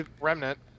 Remnant